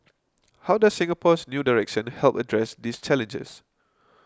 how does Singapore's new direction help address these challenges